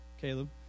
Caleb